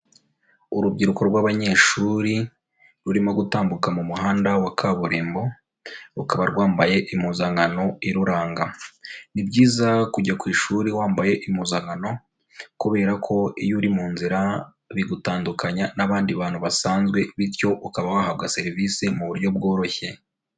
Urubyiruko rw'abanyeshuri, rurimo gutambuka mu muhanda wa kaburimbo, rukaba rwambaye impuzankano iruranga, ni byiza kujya ku ishuri wambaye impuzankano, kubera ko iyo uri mu nzira bigutandukanya n'abandi bantu basanzwe, bityo ukaba wahabwa serivisi mu buryo bworoshye.